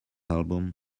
album